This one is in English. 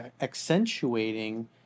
accentuating